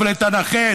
אבל הנכה,